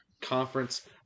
conference